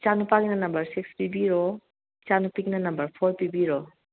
ꯏꯆꯥꯅꯨꯄꯥꯒꯤꯅ number six ꯄꯤꯕꯤꯔꯣ ꯏꯆꯥꯅꯨꯄꯤꯒꯤꯅ number four ꯄꯤꯕꯤꯔꯣ